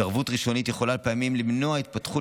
התערבות ראשונית יכולה פעמים למנוע התפתחות